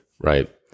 right